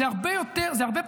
זה הרבה פחות,